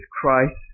Christ